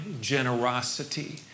generosity